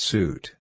Suit